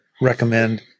recommend